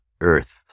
earth